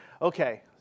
Okay